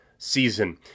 season